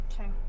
Okay